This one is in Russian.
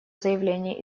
заявление